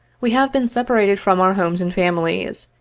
we have been separated from our homes and families,